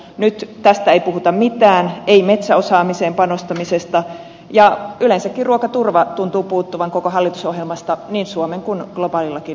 nyt tästä ei puhuta mitään ei metsäosaamiseen panostamisesta ja yleensäkin ruokaturva tuntuu puuttuvan koko hallitusohjelmasta niin suomen kuin globaalillakin tasolla